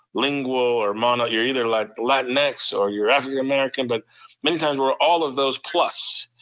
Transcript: lingual or mono, you're either like latin x or you're african american, but many times we're all of those plus,